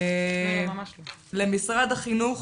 למשרד החינוך